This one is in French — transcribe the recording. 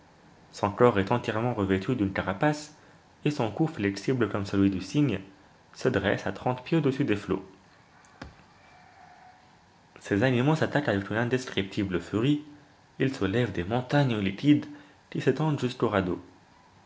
son corps est entièrement revêtu d'une carapace et son cou flexible comme celui du cygne se dresse à trente pieds au-dessus des flots ces animaux s'attaquent avec une indescriptible furie ils soulèvent des montagnes liquides qui s'étendent jusqu'au radeau